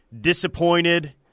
disappointed